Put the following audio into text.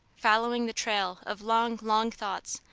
following the trail of long, long thoughts,